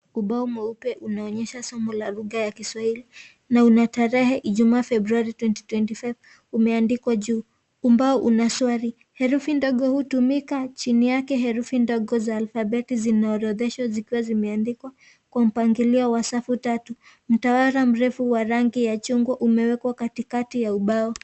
Ubao mweupe unaonyesha somo la lugha ya Kiswahili na Una tarehe ijumaa februari 2025 umeandikwa juu. Ubao Una swali herufi ndogo hutumika herufi ndogo za alfabeti linaorodheshwa zikiwa zimeandikwa Kwa mpangilio wa safu tatu.wa rangi ya chungwa umewekwa katika ya ubao.